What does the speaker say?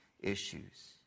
issues